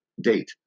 date